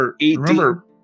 Remember